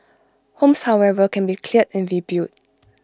homes however can be cleared and rebuilt